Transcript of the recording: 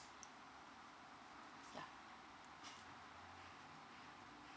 yeah